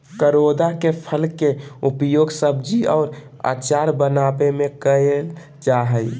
करोंदा के फल के उपयोग सब्जी और अचार बनावय में कइल जा हइ